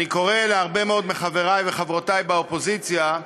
אני קורא להרבה מאוד מחברי וחברותי בקואליציה